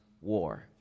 war